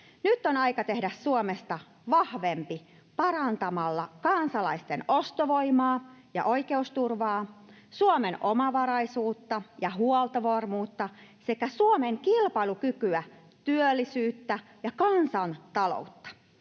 Nyt on aika tehdä Suomesta vahvempi parantamalla kansalaisten ostovoimaa ja oikeusturvaa, Suomen omavaraisuutta ja huoltovarmuutta sekä Suomen kilpailukykyä, työllisyyttä ja kansantaloutta.